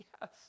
yes